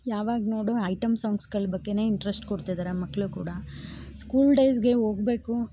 ಯಾವಾಗ ನೋಡು ಐಟಮ್ ಸಾಂಗ್ಸ್ಗಳ ಬಗ್ಗೆ ಇಂಟ್ರಷ್ಟ್ ಕೊಡ್ತಿದಾರೆ ಮಕ್ಕಳು ಕೂಡ ಸ್ಕೂಲ್ ಡೇಸ್ಗೆ ಹೋಗ್ಬೇಕು